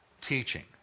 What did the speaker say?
teaching